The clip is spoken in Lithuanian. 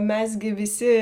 mes gi visi